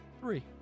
three